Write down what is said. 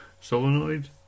solenoid